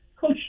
Coach